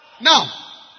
Now